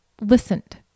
listened